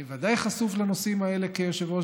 אני ודאי הייתי חשוף לנושאים האלה כיושב-ראש